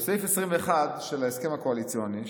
בסעיף 21 של ההסכם הקואליציוני,